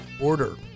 order